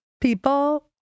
people